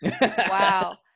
Wow